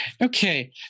Okay